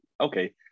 okay